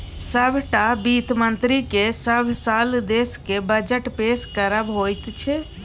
सभटा वित्त मन्त्रीकेँ सभ साल देशक बजट पेश करब होइत छै